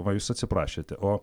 va jūs atsiprašėte o